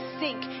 sink